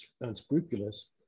unscrupulous